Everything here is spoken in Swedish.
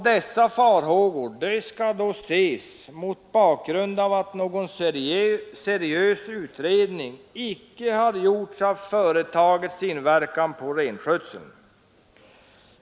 Dessa farhågor skall ses mot bakgrund av att någon seriös utredning då inte gjorts av företagets inverkan på rennäringen.